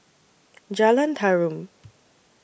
Jalan Tarum